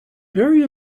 very